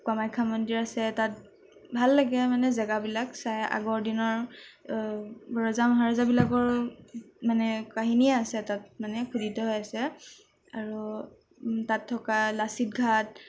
কামাখ্য়া মন্দিৰ আছে তাত ভাল লাগে মানে জেগাবিলাক চাই আগৰ দিনৰ ৰজা মহাৰজাবিলাকৰ মানে কাহিনীয়ে আছে তাত মানে খোদিত হৈ আছে আৰু তাত থকা লাচিত ঘাট